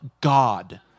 God